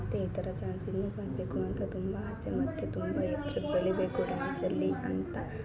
ಮತ್ತು ಈ ಥರ ಚಾನ್ಸ್ ಇನ್ನೂ ಬರಬೇಕು ಅಂತ ತುಂಬಾ ಆಸೆ ಮತ್ತು ತುಂಬ ಎತ್ರಕ್ಕೆ ಬೆಳಿಬೇಕು ಡ್ಯಾನ್ಸಲ್ಲಿ ಅಂತ